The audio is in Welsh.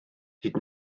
hyd